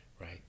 right